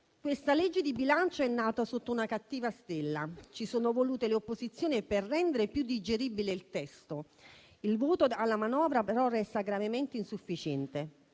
questa legge di bilancio è nata sotto una cattiva stella. Ci sono volute le opposizioni per rendere più digeribile il testo. Il voto alla manovra, però, resta gravemente insufficiente.